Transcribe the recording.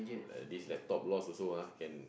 this laptop lost also ah can